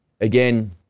again